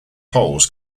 poles